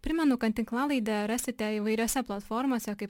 primenu kad tinklalaidę rasite įvairiose platformose kaip